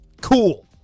Cool